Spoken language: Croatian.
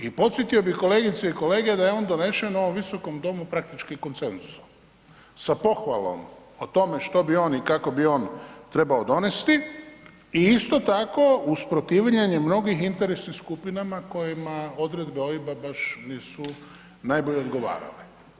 I podsjetio bih kolegice i kolege da je on donesen u ovom visokom domu praktički koncensusom, sa pohvalom o tome što bi on i kako bi on trebao donesti i isto tako uz protivljenje mnogih interesnih skupina kojima odredbe OIB-a baš nisu najbolje odgovarale.